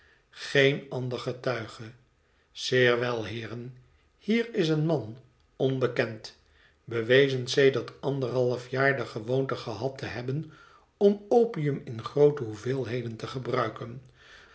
geen ander getuige zeer wel heeren hier is een man onbekend bewezen sedert anderhalfjaar de gewoonte gehad te hebben om opium in groote hoeveelheden te gebruiken